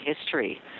history